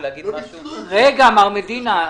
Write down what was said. מר מדינה,